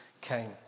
came